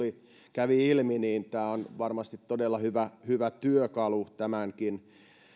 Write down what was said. kävi ilmi tämä on varmasti todella hyvä hyvä työkalu tämänkin